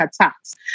attacks